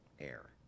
air